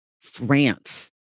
France